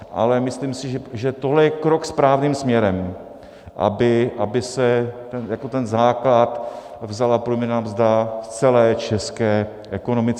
Ale myslím si, že tohle je krok správným směrem, aby se jako ten základ vzala průměrná mzda v celé české ekonomice.